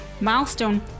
milestone